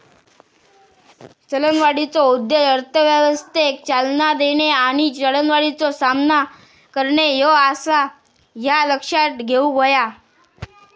चलनवाढीचो उद्देश अर्थव्यवस्थेक चालना देणे आणि चलनवाढीचो सामना करणे ह्यो आसा, ह्या लक्षात घेऊक हव्या